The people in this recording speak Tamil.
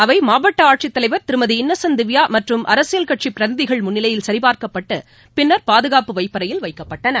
அவை மாவட்ட ஆட்சித் தலைவர் திருமதி இன்னசென்ட் திவ்யா மற்றும் அரசியல் கட்சி பிரதிநிதிகள் முன்னிலையில் சரிபார்க்கப்பட்டு பின்னர் பாதுகாப்பு வைப்பறையில் வைக்கப்பட்டன